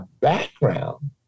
background